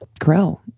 grow